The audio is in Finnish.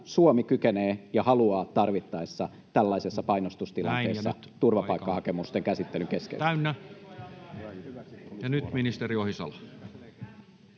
Suomi kykenee ja haluaa tarvittaessa tällaisessa painostustilanteessa turvapaikkahakemusten käsittelyn [Puhemies: